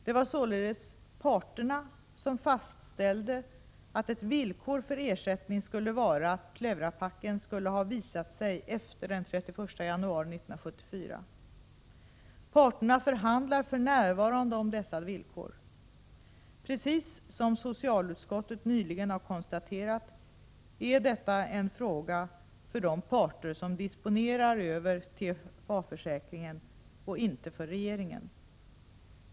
Det var således parterna som fastställde att ett villkor för ersättning skulle vara att pleuraplacken skulle ha visat sig efter den 31 januari 1974. Parterna förhandlar för närvarande om dessa villkor. Precis som socialutskottet nyligen har konstaterat är detta en fråga för de parter som disponerar över TFA-försäkringen och inte för regeringen.